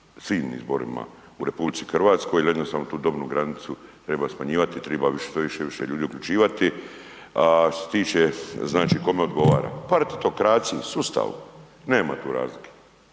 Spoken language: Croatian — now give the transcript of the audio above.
svim izborima u RH jer jednostavno tu dobnu granicu treba smanjivati i triba što više i više ljudi uključivati. A što se tiče znači kome odgovara, partitokraciji sustavu, nema tu razlike.